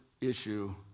issue